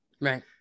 Right